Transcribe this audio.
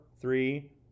three